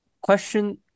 question